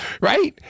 Right